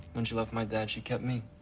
when she left my dad, she kept me.